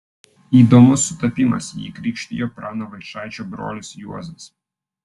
įdomus sutapimas jį krikštijo prano vaičaičio brolis juozas